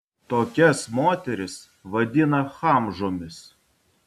tokias moteris vadina chamžomis